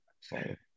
Sorry